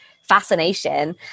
fascination